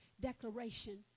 declaration